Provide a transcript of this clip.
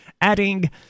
Adding